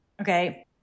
okay